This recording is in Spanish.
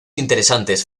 interesantes